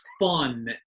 fun